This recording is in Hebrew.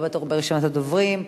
הבא בתור ברשימת הדוברים,